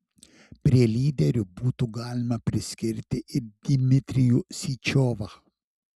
prie lyderių būtų galima priskirti ir dmitrijų syčiovą